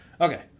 Okay